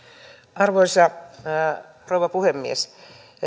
arvoisa rouva puhemies